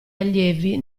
allievi